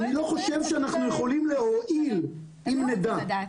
אני לא חושב שאנחנו יכולים להועיל אם נדע.